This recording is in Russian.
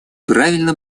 правильно